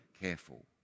careful